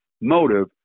motive